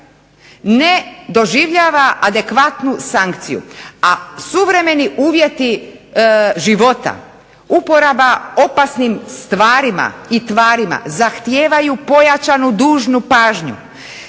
ne doživljava adekvatnu sankciju, a suvremeni uvjeti života, uporaba opasnim stvarima i tvarima zahtijevaju pojačanu dužnu pažnju